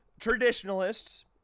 traditionalists